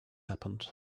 happened